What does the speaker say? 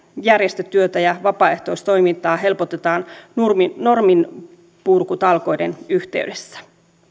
järjestötyötä ja vapaaehtoistoimintaa helpotetaan norminpurkutalkoiden yhteydessä